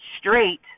straight